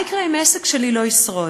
מה יקרה אם העסק שלי לא ישרוד?